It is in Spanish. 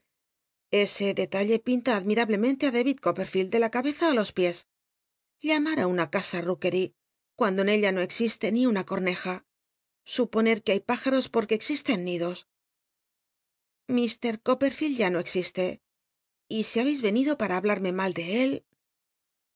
ese detalle pinta adm itablemente á dayid copperfield dc la cabeza í los piés llamar í una ca a noakery cuando en ella no existe ni una cotneja suponer que hay pájaros porcrue existen nidos iir copperfield ya no existe y si habeis ven ido pam habla rme mal de él